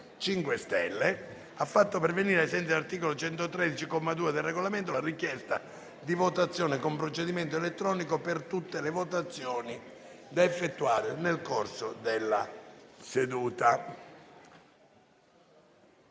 5 Stelle ha fatto pervenire, ai sensi dell'articolo 113, comma 2, del Regolamento, la richiesta di votazione con procedimento elettronico per tutte le votazioni da effettuare nel corso della seduta.